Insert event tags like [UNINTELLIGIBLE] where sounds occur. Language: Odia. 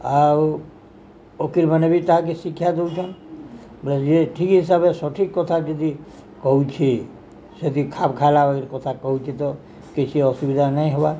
ଆଉ ଓକିଲୋ ମାନେ ବି ତାହାକେ ଶିକ୍ଷା ଦଉଛନ୍ [UNINTELLIGIBLE] ଠିକ୍ ହିସାବରେ ସଠିକ୍ କଥା ଯଦି କହୁଛି ସେଇଠି ଖାପ୍ ଖାଇଲା ଭଳି କଥା କହୁଛିି ତ କିଛି ଅସୁବିଧା ନାଇଁ ହବା